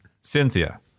Cynthia